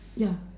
ya